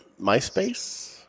MySpace